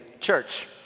church